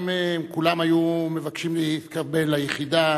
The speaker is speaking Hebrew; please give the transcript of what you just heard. אם כולם היו מבקשים להתקבל ליחידה,